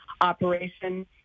operation